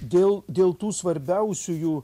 dėl dėl tų svarbiausiųjų